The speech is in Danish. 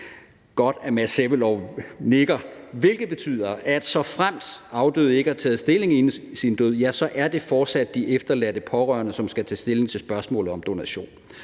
det er godt, at Mads Sebbelov nikker – hvilket betyder, at såfremt afdøde ikke har taget stilling inden sin død, er det fortsat de efterladte pårørende, som skal tage stilling til spørgsmålet om donation.